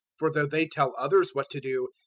for though they tell others what to do,